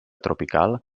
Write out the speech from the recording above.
tropical